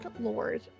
Lord